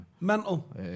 Mental